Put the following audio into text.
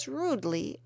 rudely